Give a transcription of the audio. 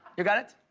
you got it.